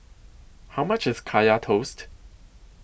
How much IS Kaya Toast